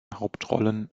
hauptrollen